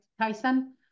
Tyson